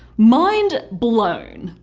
mind blown!